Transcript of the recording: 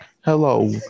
Hello